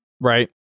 Right